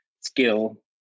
skill